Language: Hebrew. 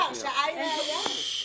האירוע של תיק הנזיקין מתייחס לשאלת הנזק.